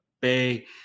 Bay